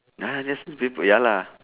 !huh! just newspaper ya lah